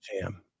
jam